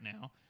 now